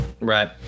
Right